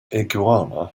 iguana